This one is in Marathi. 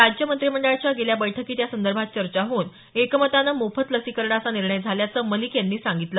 राज्य मंत्रिमंडळाच्या गेल्या बैठकीत यासंदर्भात चर्चा घेऊन एकमतानं मोफत लसीकरणाचा निर्णय झाल्याचं मलिक यांनी सांगितलं